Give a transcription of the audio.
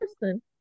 person